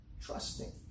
trusting